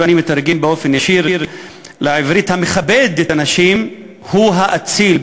ואני מתרגם באופן ישיר לעברית: המכבד את הנשים הוא האציל,